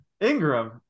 Ingram